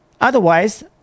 otherwise